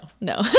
no